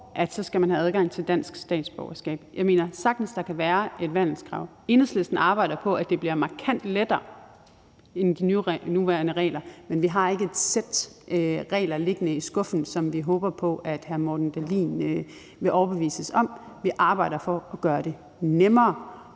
uanset hvilken kriminalitet man begår. Jeg mener, at der sagtens kan være et vandelskrav. Enhedslisten arbejder på, at det bliver markant lettere end med de nuværende regler, men vi har ikke et sæt regler liggende i skuffen, som vi håber på hr. Morten Dahlin vil kunne blive overbevist om. Vi arbejder for at kunne gøre det nemmere,